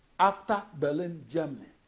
after berlin, germany.